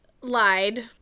lied